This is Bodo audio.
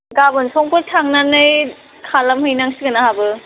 गाबोन समफोर थांनानै खालामहैनांसिगोन आंहाबो